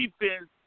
defense